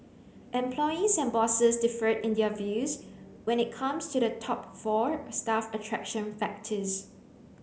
employees and bosses differed in their views when it comes to the top four staff attraction factors